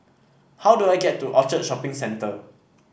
how do I get to Orchard Shopping Centre